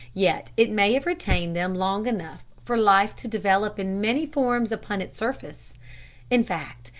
yet it may have retained them long enough for life to develop in many forms upon its surface in fact,